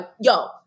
yo